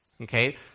Okay